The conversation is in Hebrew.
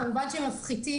כמובן שמפחיתים.